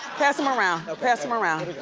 pass em around, pass em around.